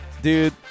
Dude